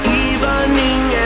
evening